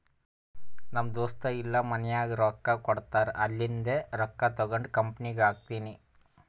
ನಮ್ ದೋಸ್ತ ಇಲ್ಲಾ ಮನ್ಯಾಗ್ ರೊಕ್ಕಾ ಕೊಡ್ತಾರ್ ಅಲ್ಲಿಂದೆ ರೊಕ್ಕಾ ತಗೊಂಡ್ ಕಂಪನಿನಾಗ್ ಹಾಕ್ತೀನಿ